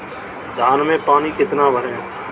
धान में पानी कितना भरें?